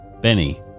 Benny